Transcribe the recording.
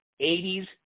80s